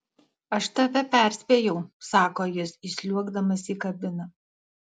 aš tave perspėjau sako jis įsliuogdamas į kabiną